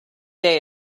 day